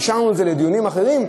והשארנו את זה לדיונים אחרים,